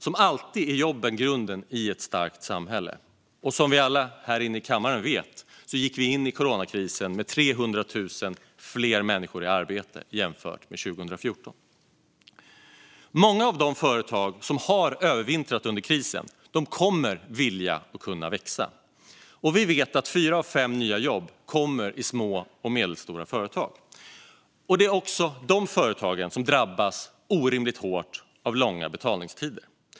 Som alltid är jobben grunden i ett starkt samhälle, och som vi alla här i kammaren vet gick vi in i coronakrisen med 300 000 fler människor i arbete jämfört med 2014. Många av de företag som har övervintrat under krisen kommer att vilja och kunna växa. Vi vet att fyra av fem nya jobb kommer i små och medelstora företag, och det är också dessa företag som drabbas orimligt hårt av långa betalningstider.